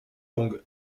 langues